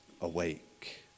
awake